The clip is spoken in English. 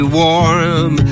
warm